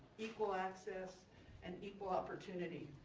equal access and equal opportunity.